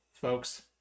folks